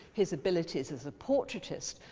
his abilities as a portraitist,